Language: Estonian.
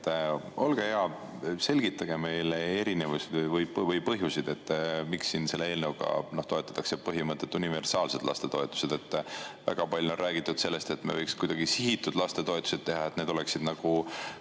Olge hea, selgitage meile erinevusi või põhjuseid, miks selle eelnõuga toetatakse põhimõtet, et oleks universaalsed lastetoetused. Väga palju on räägitud sellest, et me võiks kuidagi sihitud lastetoetused teha, need oleksid